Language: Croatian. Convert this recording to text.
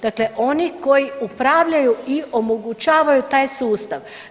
Dakle, oni koji upravljaju i omogućavaju taj sustav.